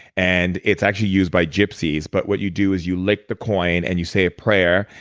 and it's actually used by gypsies but what you do is you lick the coin and you say a prayer,